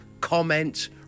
comment